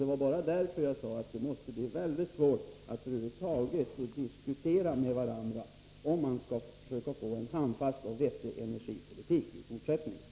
Det var därför jag sade att det måste bli väldigt svårt för de borgerliga partierna att över huvud taget diskutera med varandra om att försöka få till stånd en handfast och vettig energipolitik.